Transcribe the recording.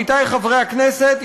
עמיתיי חברי הכנסת,